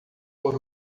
por